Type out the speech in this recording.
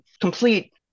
complete